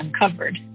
uncovered